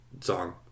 song